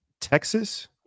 Texas